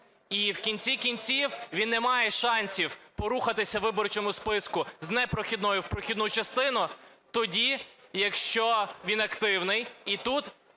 І в кінці кінців, він не має шансів рухатися по виборчому списку з непрохідної в прохідну частину. Тоді, якщо він активний, і тут